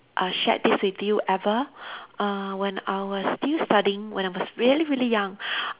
err shared this with you ever err when I was still studying when I was really really young